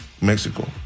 Mexico